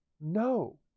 No